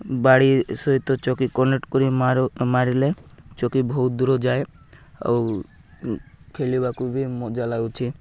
ବାଡ଼ି ସହିତ ଚକି କନେକ୍ଟ କରି ମାରୁ ମାରିଲେ ଚକି ବହୁତ ଦୂର ଯାଏ ଆଉ ଖେଳିବାକୁ ବି ମଜା ଲାଗୁଛି